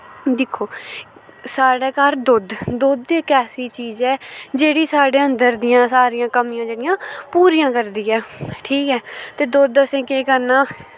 दिक्खो साढ़ै घर दुद्ध दुद्ध इक ऐसी चीज ऐ जेह्ड़ी साढ़ै अन्दर दियां सारियां कमियां जेह्ड़ियां पूरियां करदी ऐ ठीक ऐ ते दुद्ध असें केह् करना